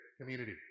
community